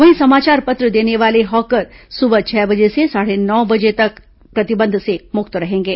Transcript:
वहीं समाचार पत्र देने वाले हॉकर सुबह छह बजे से साढ़े नौ बजे तक प्रतिबंध से मुक्त रहेंगे